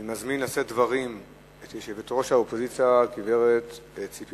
אני מזמין את יושבת-ראש האופוזיציה, גברת ציפי